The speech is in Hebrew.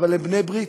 אבל הם בני ברית.